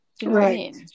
right